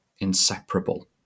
inseparable